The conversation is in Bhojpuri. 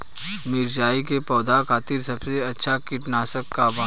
मिरचाई के पौधा खातिर सबसे अच्छा कीटनाशक का बा?